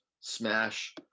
smash